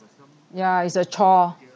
yeah it's a chore